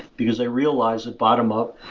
because i realized that, bottom-up,